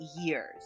years